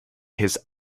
his